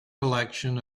collection